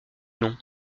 nom